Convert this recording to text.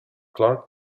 clark